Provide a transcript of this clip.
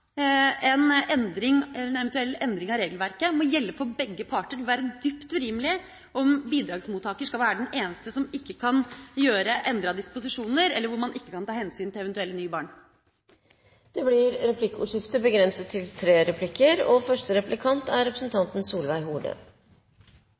eventuell endring av regelverket må gjelde for begge parter. Det vil være dypt urimelig om bidragsmottaker skal være den eneste som ikke kan gjøre endrede disposisjoner eller ikke kan ta hensyn til eventuelle nye barn. Det blir replikkordskifte. Som statsråden var inne på, er dette en komplisert og vanskelig sak. Ofte overskygger disse prosentsatsene det som er